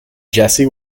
jesse